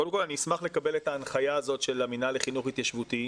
קודם כול אשמח לקבל את ההנחיה של המנהל לחינוך התיישבותי,